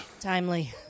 Timely